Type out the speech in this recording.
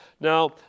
Now